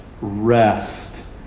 rest